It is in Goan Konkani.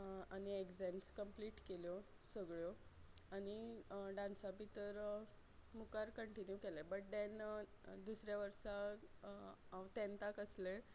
आनी एग्जॅम्स कम्प्लीट केल्यो सगळ्यो आनी डान्सा भितर मुखार कंटिन्यू केलें बट दॅन दुसऱ्या वर्सा हांव टँन्ताक आसलें